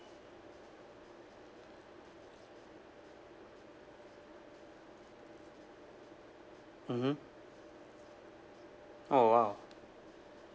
mmhmm oh !wow!